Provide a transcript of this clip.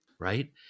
right